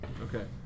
Okay